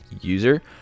user